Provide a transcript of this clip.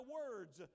words